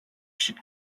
should